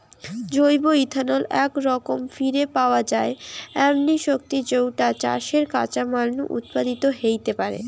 জৈব ইথানল একরকম ফিরে পাওয়া যায় এমনি শক্তি যৌটা চাষের কাঁচামাল নু উৎপাদিত হেইতে পারে